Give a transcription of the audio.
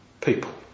people